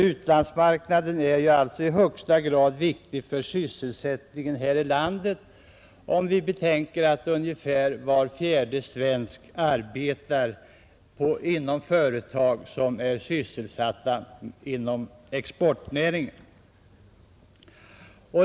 Utlandsmarknaden är alltså i högsta grad viktig för sysselsättningen här i landet, om vi betänker att ungefär var fjärde svensk arbetar i företag som är sysselsatta inom exportnäringen.